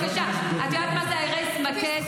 את קבעת דיון בזמן מלחמה.